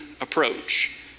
approach